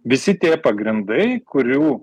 visi tie pagrindai kurių